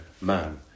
man